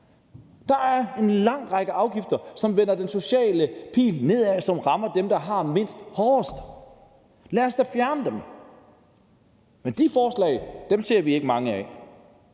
Der er en lang række afgifter, hvor den sociale pil peger nedad, og som rammer dem, der har mindst, hårdest. Lad os da fjerne dem. Men de forslag ser vi ikke mange af.